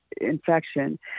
infection